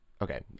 Okay